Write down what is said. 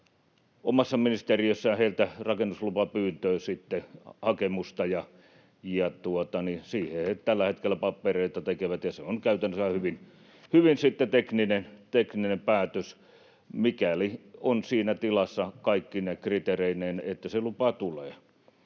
omassa ministeriössäni heiltä rakennuslupapyyntöä, hakemusta, ja siihen he tällä hetkellä papereita tekevät. Se on käytännössä hyvin tekninen päätös, mikäli se on siinä tilassa kaikkine kriteereineen, että se lupa tulee.